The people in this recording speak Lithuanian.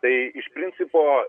tai iš principo